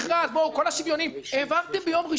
בואו כל השוויוניים העברתם ביום ראשון הזה,